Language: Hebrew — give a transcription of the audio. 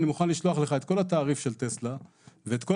אני מוכן לשלוח לך את כל התעריף של טסלה ואת כל